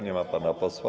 Nie ma pana posła.